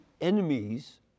enemies